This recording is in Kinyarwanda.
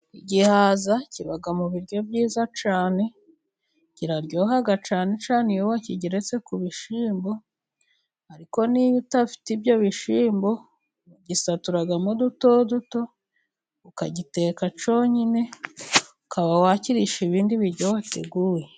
Igihaza kiba mu biryo byiza cyane, kiraryoha cyane cyane iyo wakigeretse ku bishyimbo, ariko niyo udafite ibyo bishyimbo ugisaturamo duto duto ukagiteka cyonyine ukaba wakiririsha ibindi biryo wateguye.